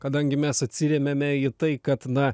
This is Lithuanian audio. kadangi mes atsiremiame į tai kad na